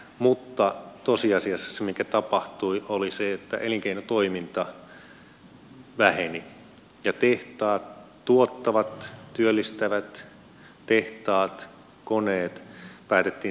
mutta tosiasiassa se mikä tapahtui oli se että elinkeinotoiminta väheni ja tehtaat tuottavat työllistävät tehtaat koneet päätettiin siirtää ulkomaille